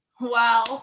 Wow